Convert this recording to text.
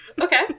Okay